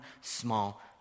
small